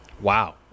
Wow